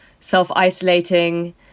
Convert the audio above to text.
self-isolating